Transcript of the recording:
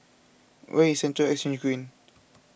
where is Central Exchange Green